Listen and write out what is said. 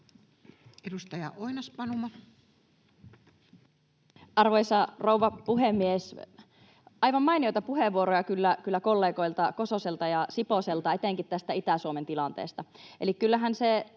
21:10 Content: Arvoisa rouva puhemies! Aivan mainioita puheenvuoroja kyllä kollegoilta Kososelta ja Siposelta etenkin tästä Itä-Suomen tilanteesta.